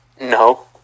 No